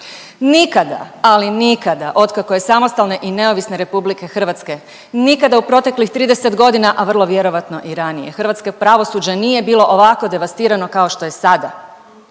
Nikada, ali nikada otkako je samostalne i neovisne RH nikada u proteklih 30.g., a vrlo vjerojatno i ranije hrvatsko pravosuđe nije bilo ovako devastirano kao što je sada,